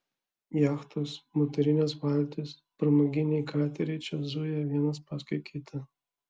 jachtos motorinės valtys pramoginiai kateriai čia zuja vienas paskui kitą